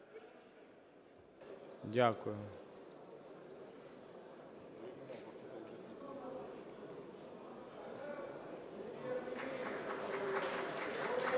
Дякую.